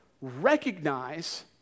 Recognize